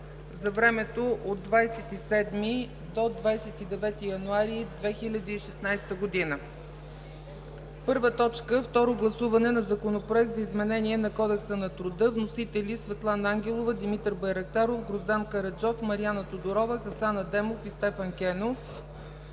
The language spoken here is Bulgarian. за времето от 27 до 29 януари 2016 г. 1. Второ гласуване на Законопроект за изменение на Кодекса на труда. Вносители: Светлана Ангелова, Димитър Байрактаров, Гроздан Караджов, Мариана Тодорова, Хасан Адемов и Стефан Кенов.